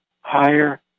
higher